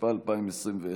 התשפ"א 2021,